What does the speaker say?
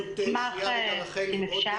עוד